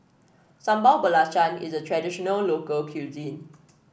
Sambal Belacan is a traditional local cuisine